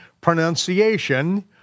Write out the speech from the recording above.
pronunciation